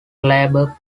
labour